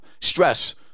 stress